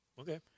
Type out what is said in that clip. Okay